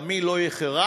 דמי לא יחרץ,